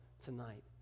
tonight